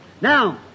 now